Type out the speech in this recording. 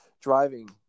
driving